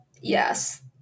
yes